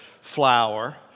flower